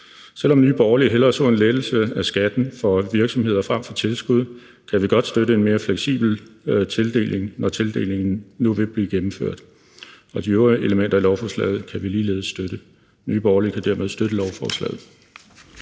Selv om Nye Borgerlige hellere så en lettelse af skatten for virksomheder frem for tilskud, kan vi godt støtte en mere fleksibel tildeling, når tildelingen nu vil blive gennemført, og de øvrige elementer i lovforslaget kan vi ligeledes støtte. Nye Borgerlige kan dermed støtte lovforslaget.